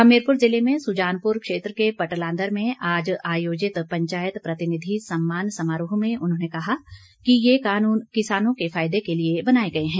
हमीरपुर ज़िले में सुजानपुर क्षेत्र के पटलांदर में आज आयोजित पंचायत प्रतिनिधि सम्मान समारोह में उन्होंने कहा कि ये कानून किसानों के फायदे के लिए बनाए गए हैं